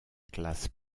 classe